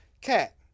Cat